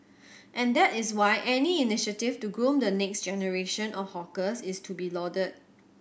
and that is why any initiative to groom the next generation of hawkers is to be lauded